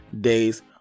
Days